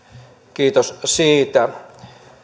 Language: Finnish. kiitos siitä